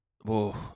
Whoa